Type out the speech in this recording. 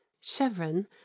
chevron